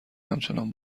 همچنان